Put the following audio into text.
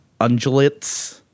undulates